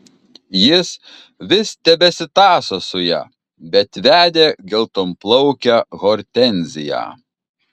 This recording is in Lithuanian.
jis vis tebesitąso su ja bet vedė geltonplaukę hortenziją